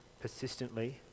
persistently